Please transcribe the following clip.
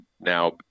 now